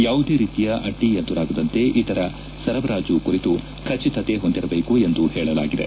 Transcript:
ಯಾವುದೇ ರೀತಿಯ ಅಡ್ಡಿ ಎದುರಾಗದಂತೆ ಇದರ ಸರಬರಾಜ ಕುರಿತು ಖಚಿತತೆ ಹೊಂದಿರಬೇಕು ಎಂದು ಹೇಳಲಾಗಿದೆ